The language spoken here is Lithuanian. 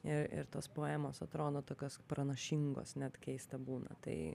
i ir tos poemos atrodo tokios pranašingos net keista būna tai